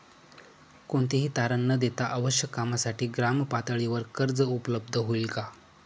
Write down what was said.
कोणतेही तारण न देता आवश्यक कामासाठी ग्रामपातळीवर कर्ज उपलब्ध होईल का?